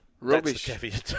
Rubbish